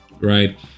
right